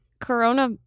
Corona